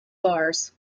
bars